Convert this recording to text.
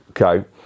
okay